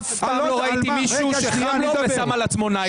אף פעם לא ראיתי מישהו שחם לו ושם על עצמו ניילון.